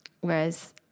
whereas